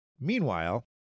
Meanwhile